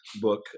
book